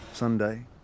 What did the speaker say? Sunday